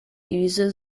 either